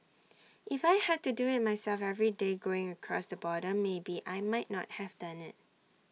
if I had to do IT myself every day going across the border maybe I might not have done IT